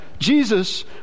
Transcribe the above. Jesus